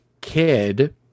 kid –